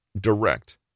direct